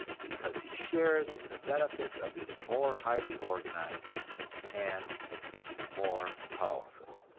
because he shares in the benefits of this more highly organized and more powerful